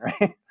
right